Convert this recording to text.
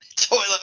toilet